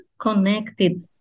connected